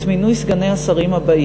את מינוי סגני השרים האלה: